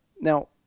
Now